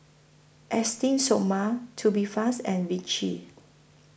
Esteem Stoma Tubifast and Vichy